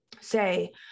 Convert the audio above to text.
say